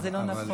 אז זה לא נכון.